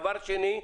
דבר שני,